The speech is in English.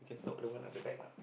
talk lower lah the back lah